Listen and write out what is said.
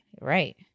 Right